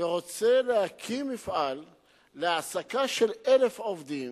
ורוצה להקים מפעל להעסקה של 1,000 עובדים,